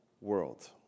world